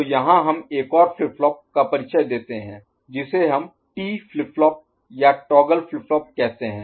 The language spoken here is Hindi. तो यहाँ हम एक और फ्लिप फ्लॉप का परिचय देते हैं जिसे हम T फ्लिप फ्लॉप या टॉगल फ्लिप फ्लॉप कहते हैं